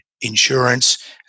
insurance